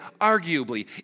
arguably